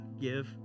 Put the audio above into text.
Give